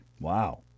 Wow